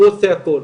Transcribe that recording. הוא עושה הכל.